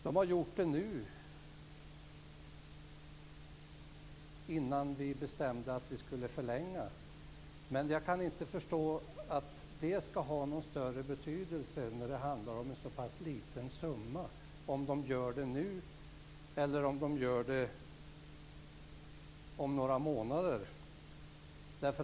De har gjort det nu, före vårt beslut om en förlängning. Jag kan inte förstå att det har någon större betydelse - det handlar ju om en så liten summa - om något sker nu eller om några månader.